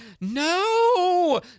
no